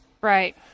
right